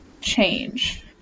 change